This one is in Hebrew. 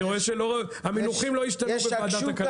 אני רואה שהמינוחים לא השתנו בוועדת הכלכלה.